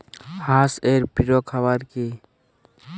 হাঁস এর প্রিয় খাবার কি?